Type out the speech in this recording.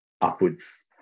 upwards